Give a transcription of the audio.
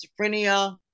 schizophrenia